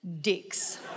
dicks